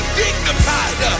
dignified